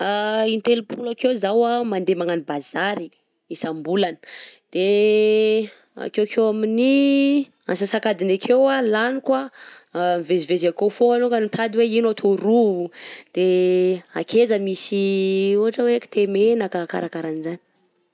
In-telopolo akeo zaho a mandeha magnano bazary isambolana, de akekeo amin'ny asasakadiny akeo a laniko a mivezivezy akao fôana aloha mitady hoe ino atao ro? de akeza misy ohatra hoe kitay menaka? Karakarahan'izany.